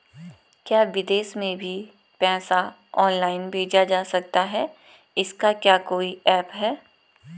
क्या विदेश में भी पैसा ऑनलाइन भेजा जा सकता है इसका क्या कोई ऐप है?